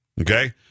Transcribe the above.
okay